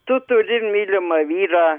tu turi mylimą vyrą